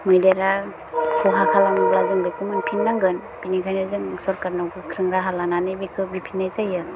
मैदेरा खहा खालामब्ला जों बेखौ मोनफिन्नांगोन बिनिखायनो जों सरकारनाव गोख्रों राहा लानानै बेखौ बिफिन्नाय जायो